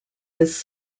his